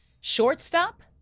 Shortstop